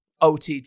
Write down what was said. OTT